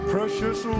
Precious